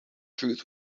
truth